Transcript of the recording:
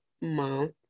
month